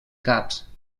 caps